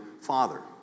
father